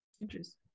Interesting